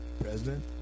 President